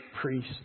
Priest